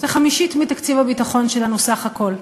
חמישית מתקציב הביטחון שלנו סך-הכול,